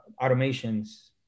automations